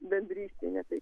bendrystėj ne taip